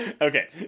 okay